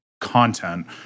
content